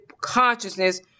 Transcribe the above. consciousness